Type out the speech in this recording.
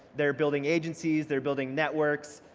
they're building agencies, they're building networks,